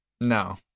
no